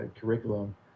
curriculum